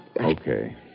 Okay